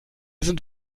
sind